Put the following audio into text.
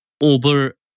over